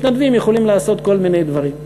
מתנדבים יכולים לעשות כל מיני דברים.